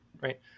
right